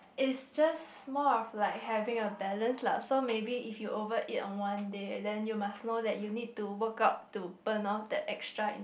is just more of like having a balance lah so maybe if you overeat on one day and then you must know that you need to work up to burn off the extra